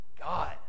God